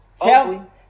Tell